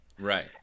Right